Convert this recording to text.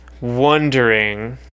wondering